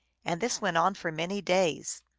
and this went on for many days.